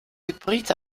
hybrid